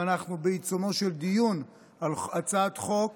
אנחנו בעיצומו של דיון על הצעת חוק